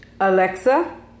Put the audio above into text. Alexa